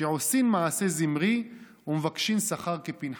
שעושים מעשה זמרי ומבקשים שכר כפנחס.